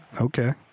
Okay